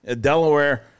Delaware